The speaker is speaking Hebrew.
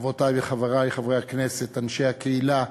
חברותי וחברי חברי הכנסת, אנשי הקהילה